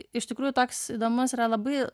iš tikrųjų toks įdomus yra labai